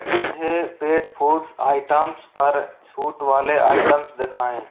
मुझे pet foods items पर छूट वाले आइटम्स दिखाएँ